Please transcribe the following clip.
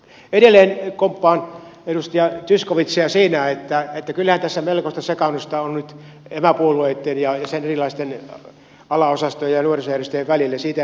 edelleen komppaan edustaja zyskowiczia siinä että kyllähän tässä melkoista sekaannusta on nyt emäpuolueitten ja sen erilaisten alaosastojen ja nuorisojärjestöjen välillä siitä ei pääse mihinkään